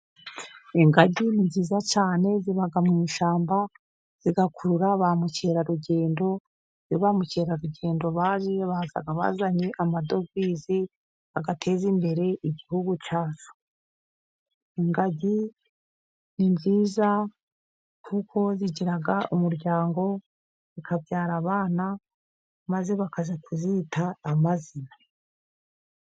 Ingagi ni nziza cyane ziba mu ishyamba zigakurura ba mukerarugendo, iyo ba mukerarugendo baje baza bazanye amadovize agateza imbere igihugu cyacu. Ingagi ni nziza kuko zigira umuryango zikabyara abana maze bakaza kuzita amazina.